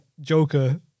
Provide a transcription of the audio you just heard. joker